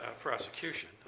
prosecution